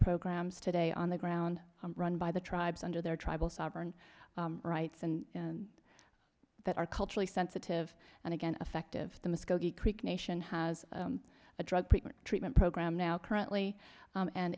programs today on the ground run by the tribes under their tribal sovereign rights and that are culturally sensitive and again effective the muskogee creek nation has a drug treatment treatment program now currently